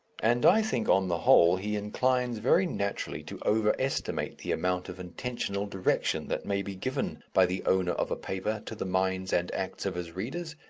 and i think, on the whole, he inclines very naturally to over estimate the amount of intentional direction that may be given by the owner of a paper to the minds and acts of his readers,